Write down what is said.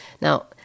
Now